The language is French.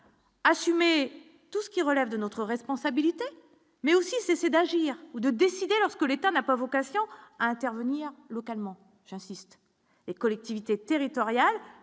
Assumer tout ce qui relève de notre responsabilité, mais aussi cesser d'agir ou de décider, lorsque l'État n'a pas vocation à intervenir localement, j'insiste, les collectivités territoriales,